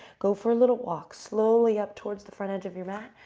go for a little walk slowly up towards the front end of your mat,